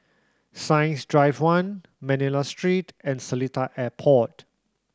Science Drive One Manila Street and Seletar Airport